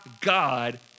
God